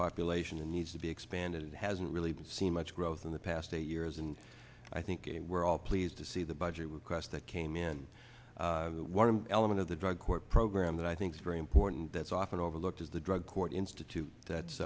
population and needs to be expanded it hasn't really seen much growth in the past eight years and i think getting we're all pleased to see the budget request that came in one element of the drug court program that i think is very important that's often overlooked is the drug court institute that